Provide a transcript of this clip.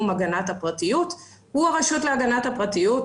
הגנת הפרטיות הוא הרשות להגנת הפרטיות,